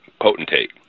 potentate